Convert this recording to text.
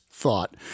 thought